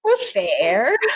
Fair